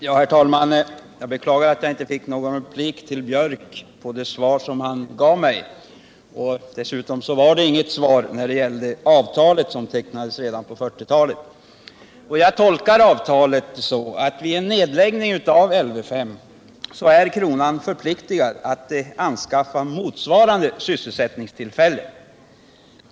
Herr talman! Jag beklagar att jag inte fick någon replik på det svar som Gunnar Björk i Gävle gav mig. Dessutom var det inget svar beträffande det avtal som tecknades redan på 1940-talet. Jag tolkar det avtalet så att vid en nedläggning av Lv 5 är kronan förpliktad att anskaffa motsvarande sysselsättningstillfällen.